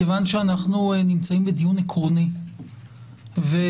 מכיוון שאנחנו נמצאים בדיון עקרוני ולא